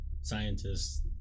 scientists